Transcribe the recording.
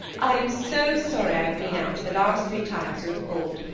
i am so sorry i have been out the last three times you have called.